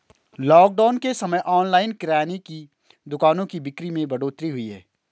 lockdown के समय online किराने की दुकानों की बिक्री में बढ़ोतरी हुई है